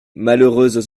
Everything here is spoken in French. malheureuses